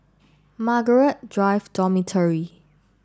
Margaret Drive Dormitory